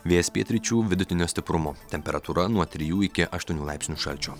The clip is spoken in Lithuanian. vėjas pietryčių vidutinio stiprumo temperatūra nuo trijų iki aštuonių laipsnių šalčio